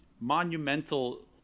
monumental